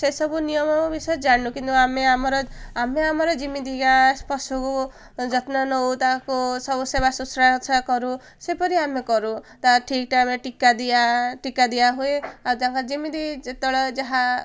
ସେସବୁ ନିୟମ ବିଷୟରେ ଜାଣୁ କିନ୍ତୁ ଆମେ ଆମର ଆମେ ଆମର ଯେମିତିକା ପଶୁକୁ ଯତ୍ନ ନଉ ତାକୁ ସବୁ ସେବା ଶୁଶ୍ରୂଷା କରୁ ସେପରି ଆମେ କରୁ ତା ଠିକ୍ ଟାଇମ୍ରେ ଟୀକା ଦିଆ ଟୀକା ଦିଆ ହୁଏ ଆଉ ତାଙ୍କ ଯେମିତି ଯେତେବେଳେ ଯାହା